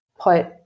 put